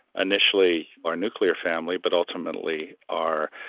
initially, our nuclear family, but ultimately, our